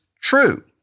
true